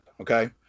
Okay